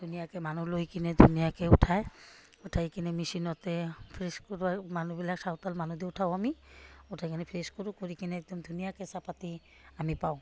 ধুনীয়াকৈ মানুহ লৈ কিনে ধুনীয়াকৈ উঠায় উঠাই কিনে মেচিনতে ফ্ৰেছ কৰোৱাই মানুহবিলাক চউতাল মানুহ দি উঠাওঁ আমি উঠাই কিনে ফ্ৰেছ কৰোঁ কৰি কিনে একদম ধুনীয়াকৈ চাহপাত আমি পাওঁ